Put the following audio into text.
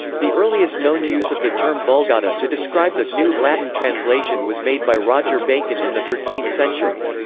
the earliest known use of the term vulgata to describe the new latin translation was made by roger bacon in the thirteenth century.